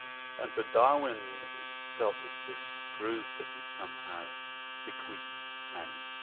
and so darwin felt that this proved that he'd somehow bequeathed annie.